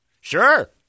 Sure